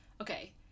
Okay